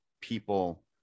people